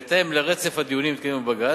בהתאם לרצף הדיונים המתקיימים בבג"ץ,